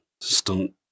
stunt